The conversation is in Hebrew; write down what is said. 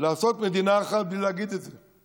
לעשות מדינה אחת בלי להגיד את זה.